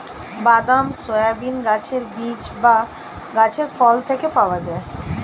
বাদাম, সয়াবিন গাছের বীজ বা গাছের ফল থেকে পাওয়া যায়